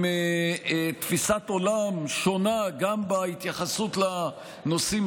עם תפיסת עולם שונה גם בהתייחסות לנושאים